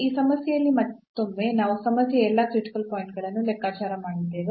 ಈ ಸಮಸ್ಯೆಯಲ್ಲಿ ಮತ್ತೊಮ್ಮೆ ನಾವು ಸಮಸ್ಯೆಯ ಎಲ್ಲಾ ಕ್ರಿಟಿಕಲ್ ಪಾಯಿಂಟ್ ಗಳನ್ನು ಲೆಕ್ಕಾಚಾರ ಮಾಡಿದ್ದೇವೆ